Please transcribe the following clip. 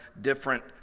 different